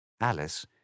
Alice